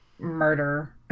murder